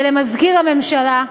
ולמזכיר הממשלה,